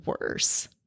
worse